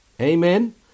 Amen